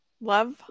Love